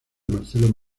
marcelo